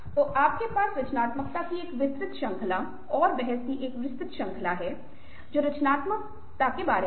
तो आपके पास रचनात्मकता की एक विस्तृत श्रृंखला और बहस की एक विस्तृत श्रृंखला है जो रचनात्मक क्या है के बरेमे है